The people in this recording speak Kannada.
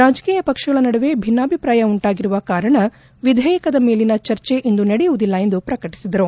ರಾಜಕೀಯ ಪಕ್ಷಗಳ ನಡುವೆ ಭಿನ್ನಾಭಿಪ್ರಾಯ ಉಂಟಾಗಿರುವ ಕಾರಣ ವಿಧೇಯಕದ ಮೇಲಿನ ಚರ್ಚೆ ಇಂದು ನಡೆಯುವುದಿಲ್ಲ ಎಂದು ಪ್ರಕಟಿಸಿದರು